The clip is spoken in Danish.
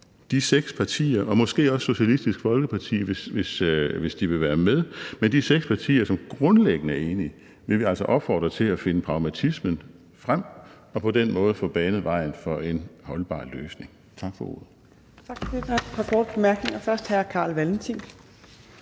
de seks partier – og måske også Socialistisk Folkeparti, hvis de vil være med – som grundlæggende er enige, til at finde pragmatismen frem og på den måde få banet vejen for en holdbar løsning. Tak for ordet. Kl. 18:52 Fjerde næstformand (Trine